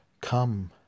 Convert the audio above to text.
Come